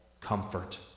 comfort